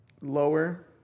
lower